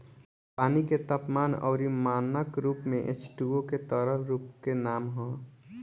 पानी के तापमान अउरी मानक रूप में एचटूओ के तरल रूप के नाम ह